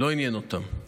לא עניין אותם.